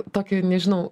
tokį nežinau